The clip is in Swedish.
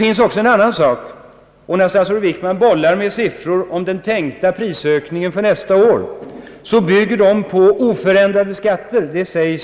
När statsrådet vidare bollar med siffror om den tänka prisökningen för nästa år bygger de på oförändrade skatter.